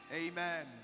Amen